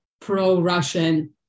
pro-Russian